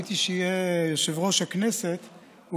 ציפיתי שיושב-ראש הכנסת יהיה.